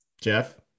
Jeff